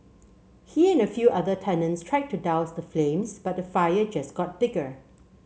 he and a few other tenants tried to douse the flames but the fire just got bigger